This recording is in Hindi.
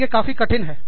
और यह काफी कठिन है